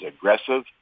aggressive